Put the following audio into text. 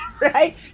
right